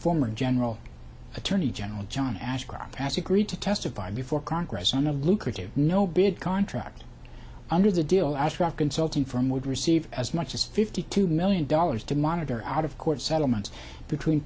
former general attorney general john ashcroft passed agreed to testify before congress on a lucrative no bid contract under the deal i struck consulting firm would receive as much as fifty two million dollars to monitor out of court settlements between